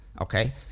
Okay